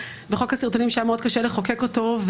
וחוק הסרטונים שהיה מאוד קשה לחוקק אותו,